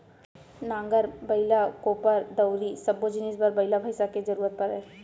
नांगर, बइला, कोपर, दउंरी सब्बो जिनिस बर बइला भईंसा के जरूरत परय